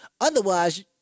Otherwise